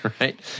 Right